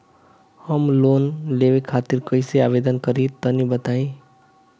हम लोन लेवे खातिर कइसे आवेदन करी तनि बताईं?